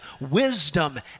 wisdom